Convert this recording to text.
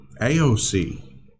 AOC